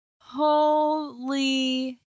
Holy